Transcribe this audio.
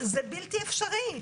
זה בלתי אפשרי.